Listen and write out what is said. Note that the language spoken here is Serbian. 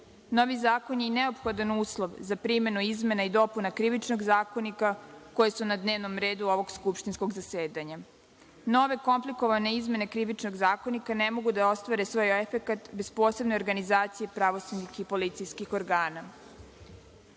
zakon je i neophodan uslov za primenu izmena i dopuna Krivičnog zakonika koji su na dnevnom redu ovog skupštinskog zasedanja. Nove komplikovane izmene Krivičnog zakonika ne mogu da ostvare svoj efekat bez posebne organizacije pravosudnih i policijskih organa.